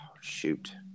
shoot